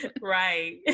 right